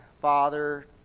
Father